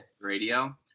radio